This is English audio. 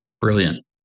Brilliant